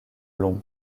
long